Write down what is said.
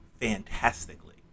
fantastically